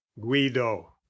guido